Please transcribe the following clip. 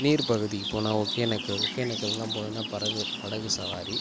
நீர் பகுதிக்கு போனால் ஒக்கேனக்கல் ஒக்கேனக்கல்லாம் போனீங்கன்னால் பரகு படகு சவாரி